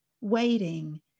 waiting